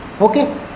Okay